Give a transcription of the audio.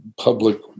public